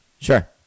Sure